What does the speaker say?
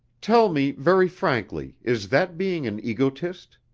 tell me very frankly, is that being an egotist?